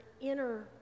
inner